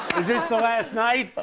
is this the last night?